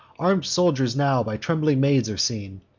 arm'd soldiers now by trembling maids are seen,